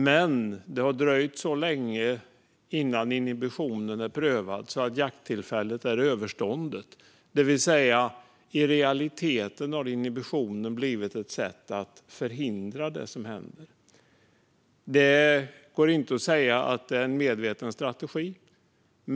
Men det har dröjt så länge innan inhibitionen är prövad att jakttillfället är överståndet, det vill säga att inhibitionen i realiteten har blivit ett sätt att förhindra. Det går inte att säga att det är en medveten strategi.